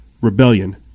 rebellion